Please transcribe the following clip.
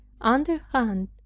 underhand